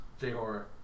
J-Horror